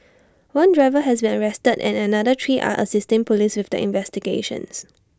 one driver has been arrested and another three are assisting Police with the investigations